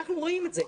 אנחנו רואים את זה.